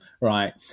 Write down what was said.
right